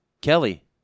Kelly